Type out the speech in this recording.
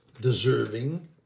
deserving